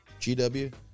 GW